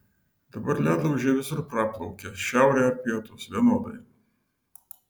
dabar ledlaužiai visur praplaukia šiaurė ar pietūs vienodai